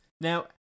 now